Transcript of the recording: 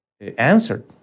answered